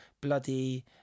bloody